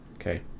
Okay